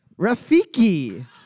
Rafiki